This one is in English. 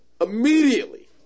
Immediately